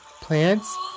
plants